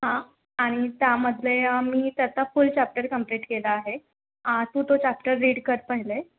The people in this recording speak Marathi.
हं आणि त्यामधे मी त्याचा फुल चॅप्टर कंप्लिट केला आहे तू तो चॅप्टर रीड कर पहिले